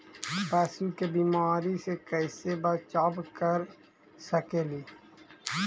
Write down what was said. पशु के बीमारी से कैसे बचाब कर सेकेली?